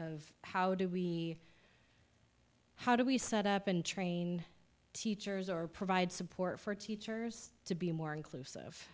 of how do we how do we set up and train teachers or provide support for teachers to be more inclusive